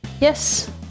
yes